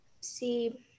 see